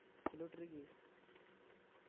ᱠᱷᱮᱞᱳᱰ ᱨᱮᱜᱮ